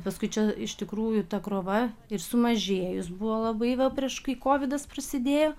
paskui čia iš tikrųjų ta krova ir sumažėjus buvo labai va prieš kai kovidas prasidėjo